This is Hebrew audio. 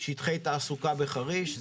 שטחי תעסוקה בחריש.